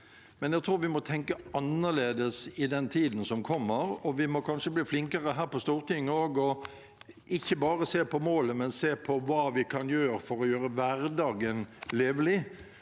men jeg tror vi må tenke annerledes i den tiden som kommer. Vi må kanskje bli flinkere også her på Stortinget til ikke bare å se på målet, men se på hva vi kan gjøre for å gjøre hverdagen levelig